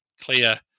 clear